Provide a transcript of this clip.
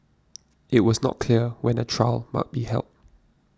it was not clear when a trial might be held